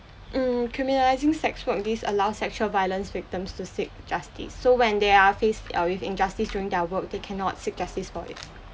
mm criminalising sex work disallow sexual violence victims to seek justice so when they are faced uh with injustice during their work they cannot seek justice for it